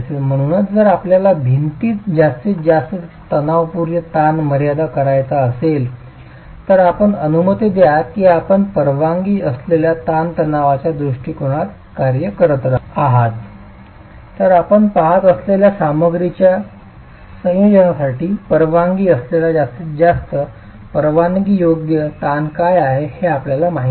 म्हणूनच जर आपल्याला भिंतीत जास्तीत जास्त तणावपूर्ण ताण मर्यादित करायचा असेल तर आपण अनुमती द्या की आपण परवानगी असलेल्या ताणतणावाच्या दृष्टीकोनात कार्य करत आहात तर आपण पहात असलेल्या सामग्रीच्या संयोजनासाठी परवानगी असलेल्या जास्तीत जास्त परवानगीयोग्य ताण काय आहे हे आपल्याला माहिती आहे